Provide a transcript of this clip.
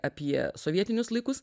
apie sovietinius laikus